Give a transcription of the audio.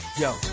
Yo